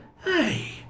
Hey